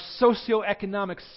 socioeconomic